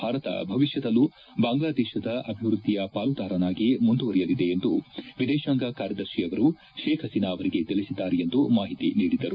ಭಾರತ ಭವಿಷ್ಠದಲ್ಲೂ ಬಾಂಗ್ಲಾದೇಶದ ಅಭಿವೃದ್ಧಿಯ ಪಾಲುದಾರನಾಗಿ ಮುಂದುವರಿಯಲಿದೆ ಎಂದು ವಿದೇಶಾಂಗ ಕಾರ್ಯದರ್ಶಿಯವರು ಶೇಬ್ ಹಸೀನಾ ಅವರಿಗೆ ತಿಳಿಸಿದ್ದಾರೆ ಎಂದು ಮಾಹಿತಿ ನೀಡಿದರು